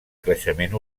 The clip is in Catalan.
creixement